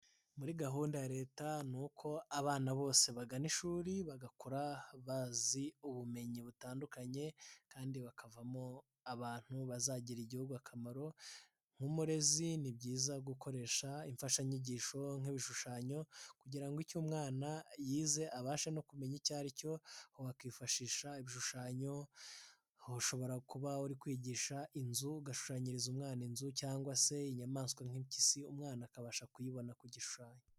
Muri gahunda ya Leta ni uko abana bose bagana ishuri, bagakura bazi ubumenyi butandukanye kandi bakavamo abantu bazagirira Igihugu akamaro. Nk'umurezi ni byiza gukoresha imfashanyigisho nk'ibishushanyo kugira ngo icyo umwana yize abashe no kumenya icyo aricyo. Wakwifashisha ibishushanyo, ushobora kuba uri kwigisha inzu, ugashushanyiriza umwana inzu cyangwa se inyamaswa nk'impyisi. Umwana akabasha kuyibona ku gishushanyo.